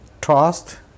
trust